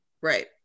Right